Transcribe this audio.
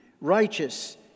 righteous